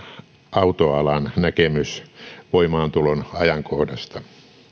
autoalan näkemys voimaantulon ajankohdasta